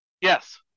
Yes